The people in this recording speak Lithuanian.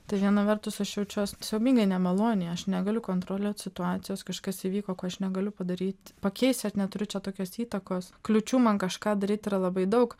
tai viena vertus aš jaučiuos siaubingai nemaloniai aš negaliu kontroliuot situacijos kažkas įvyko ko aš negaliu padaryt pakeist aš neturu čia tokios įtakos kliūčių man kažką daryt yra labai daug